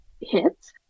hits